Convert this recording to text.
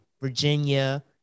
Virginia